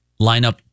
lineup